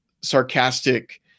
sarcastic